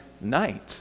night